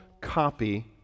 copy